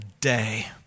day